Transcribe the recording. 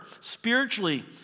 spiritually